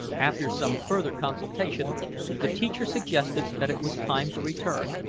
after some further consultation the teacher suggested that it was time to return,